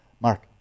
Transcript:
Mark